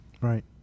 Right